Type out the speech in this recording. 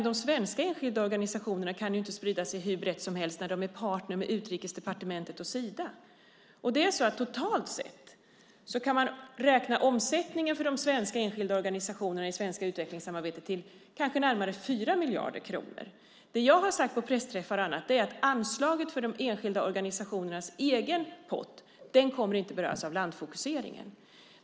De svenska enskilda organisationerna kan ju inte sprida sig hur brett som helt när de är partner till Utrikesdepartementet och Sida. Totalt sett kan man beräkna omsättningen för de svenska enskilda organisationerna i det svenska utvecklingssamarbetet till närmare 4 miljarder kronor. Vad jag har sagt på pressträffar och annat är att anslaget till de enskilda organisationernas egen pott inte kommer att beröras av landfokuseringen.